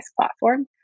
platform